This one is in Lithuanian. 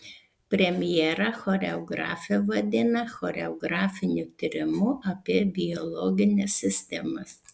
premjerą choreografė vadina choreografiniu tyrimu apie biologines sistemas